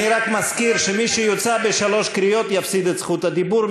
אני רק מזכיר שמי שיוצא בשלוש קריאות יפסיד את זכות הדיבור.